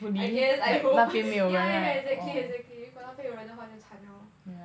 I guess I hope yeah yeah exactly exactly 如果那边有人的话就惨了